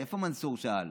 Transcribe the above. איפה מנסור, ששאל?